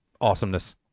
awesomeness